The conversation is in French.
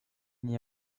n’y